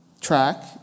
track